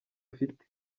afite